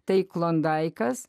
tai klondaikas